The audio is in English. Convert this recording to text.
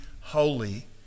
holy